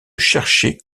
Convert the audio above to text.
chercher